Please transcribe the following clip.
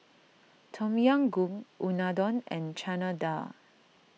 Tom Yam Goong Unadon and Chana Dal